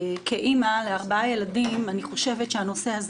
כאמא לארבעה ילדים אני חושבת שהנושא הזה